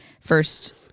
first